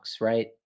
right